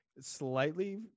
Slightly